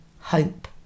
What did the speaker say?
hope